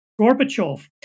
Gorbachev